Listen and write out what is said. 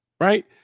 right